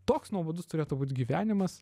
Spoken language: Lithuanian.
toks nuobodus turėtų būt gyvenimas